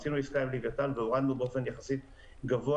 עשינו עסקה עם לווייתן והורדנו באופן יחסית גבוה,